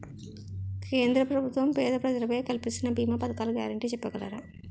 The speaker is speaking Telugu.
కేంద్ర ప్రభుత్వం పేద ప్రజలకై కలిపిస్తున్న భీమా పథకాల గ్యారంటీ చెప్పగలరా?